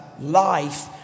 life